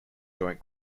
joint